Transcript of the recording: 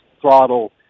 throttle